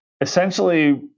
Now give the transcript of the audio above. Essentially